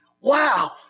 Wow